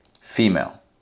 female